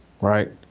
right